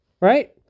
Right